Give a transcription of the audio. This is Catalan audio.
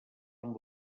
amb